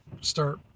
start